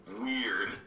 weird